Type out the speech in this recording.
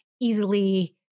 easily